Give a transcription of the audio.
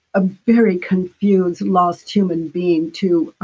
a very confused, lost human being to